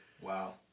Wow